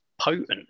potent